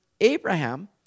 Abraham